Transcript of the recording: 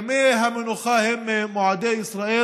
ימי המנוחה הם מועדי ישראל,